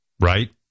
Right